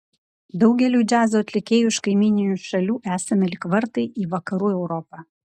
daugeliui džiazo atlikėjų iš kaimyninių šalių esame lyg vartai į vakarų europą